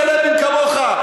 לא כולם סלבים כמוך,